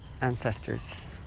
ancestors